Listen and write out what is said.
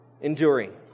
enduring